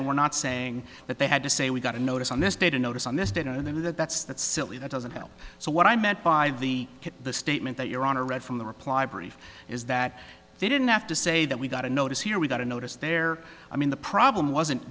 said we're not saying that they had to say we got a notice on this date a notice on this dinner that that's that's silly that doesn't help so what i meant by the the statement that your honor read from the reply brief is that they didn't have to say that we got a notice here we got a notice there i mean the problem wasn't